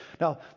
Now